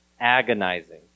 agonizing